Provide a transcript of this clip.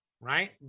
right